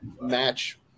match